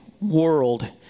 world